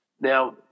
Now